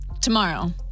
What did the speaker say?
Tomorrow